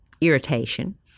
irritation